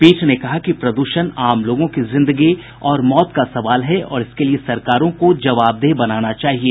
पीठ ने कहा कि प्रद्रषण आम लोगों की जिंदगी और मौत का सवाल है और इसके लिये सरकारों को जवाबदेह बनाना चाहिए